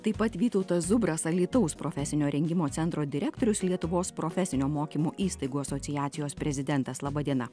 taip pat vytautas zubras alytaus profesinio rengimo centro direktorius lietuvos profesinio mokymo įstaigų asociacijos prezidentas laba diena